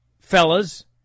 fellas